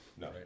No